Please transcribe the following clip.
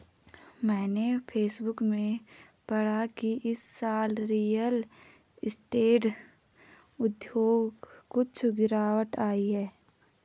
मैंने फेसबुक में पढ़ा की इस साल रियल स्टेट उद्योग कुछ गिरावट आई है